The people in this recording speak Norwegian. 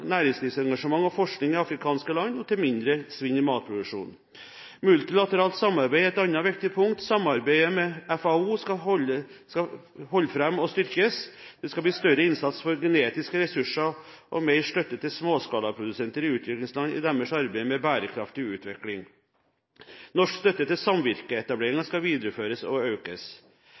næringslivsengasjement og forskning i afrikanske land og til mindre svinn i matproduksjonen. Multilateralt samarbeid er et annet viktig punkt. Samarbeidet med FAO skal holde fram og styrkes. Det skal bli en større innsats for genetiske ressurser og mer støtte til småskalasprodusenter i utviklingsland i deres arbeid for bærekraftig utvikling. Norsk støtte til samvirkeetableringer skal videreføres og økes.